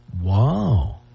Wow